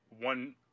one